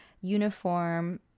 uniform